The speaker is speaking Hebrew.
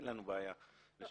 אין לנו בעיה לשנות.